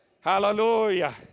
Hallelujah